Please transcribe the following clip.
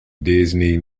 disney